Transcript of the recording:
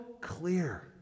clear